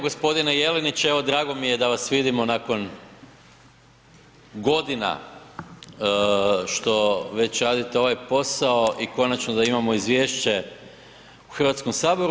Gospodine Jelinić evo drago mi je da vas vidimo nakon godina što već radite ovaj posao i konačno da imamo izvješće u Hrvatskom saboru.